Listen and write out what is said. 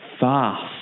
fast